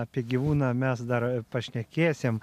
apie gyvūną mes dar pašnekėsim